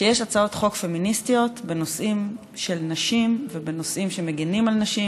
שיש הצעות חוק פמיניסטיות בנושאים של נשים ובנושאים שמגינים על נשים,